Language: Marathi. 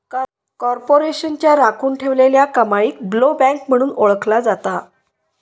कॉर्पोरेशनच्या राखुन ठेवलेल्या कमाईक ब्लोबॅक म्हणून ओळखला जाता